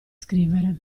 scrivere